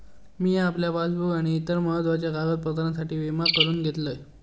मिया आपल्या पासबुक आणि इतर महत्त्वाच्या कागदपत्रांसाठी विमा करून घेतलंय